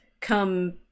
come